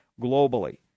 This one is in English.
globally